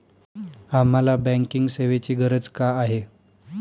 आम्हाला बँकिंग सेवेची गरज का आहे?